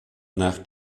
nach